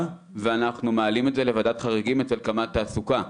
ואנחנו מעלים את זה לוועדת חריגים אצל קמ"ט תעסוקה.